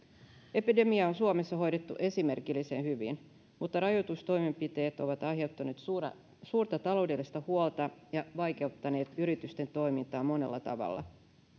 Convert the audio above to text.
epidemiaa on suomessa hoidettu esimerkillisen hyvin mutta rajoitustoimenpiteet ovat aiheuttaneet suurta suurta taloudellista huolta ja vaikeuttaneet yritysten toimintaa monella tavalla